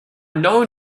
known